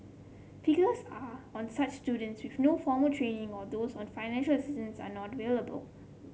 figures are on such students with no formal training or those on financial assistance are not available